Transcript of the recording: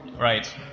Right